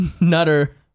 Nutter